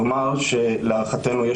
להערכתנו,